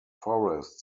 forrest